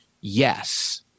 Yes